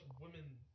women